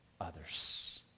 others